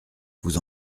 vous